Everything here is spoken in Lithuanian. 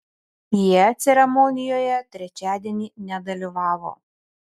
jie ceremonijoje trečiadienį nedalyvavo